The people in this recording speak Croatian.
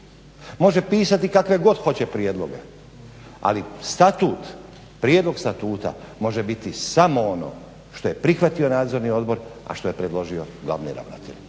može pisati kakve god hoće prijedloge, ali statut, prijedlog statuta može biti samo ono što je prihvatio Nadzorni odbor, a što je predložio glavni ravnatelj.